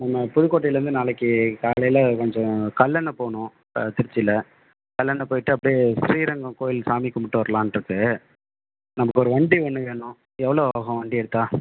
நம்ம புதுக்கோட்டைலேருந்து நாளைக்கு காலையில் கொஞ்சம் கல்லணை போகணும் திருச்சியில் கல்லணை போய்விட்டு அப்படியே ஸ்ரீரங்கம் கோவில் சாமி கும்பிட்டு வரலான்ருக்கு நமக்கு ஒரு வண்டி ஒன்று வேணும் எவ்வளோ ஆகும் வண்டி எடுத்தால்